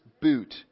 boot